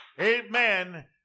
amen